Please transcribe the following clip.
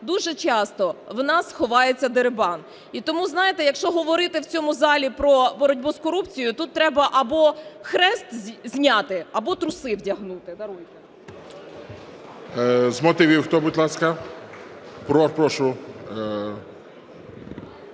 дуже часто у нас ховається дерибан. І тому, знаєте, якщо говорити в цьому залі про боротьбу з корупцією, тут треба або хрест зняти або труси вдягнути, даруйте. Веде засідання